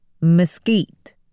Mesquite